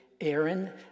Aaron